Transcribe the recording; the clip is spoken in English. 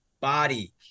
body